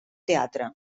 teatre